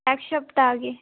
এক সপ্তাহ আগে